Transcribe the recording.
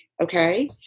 Okay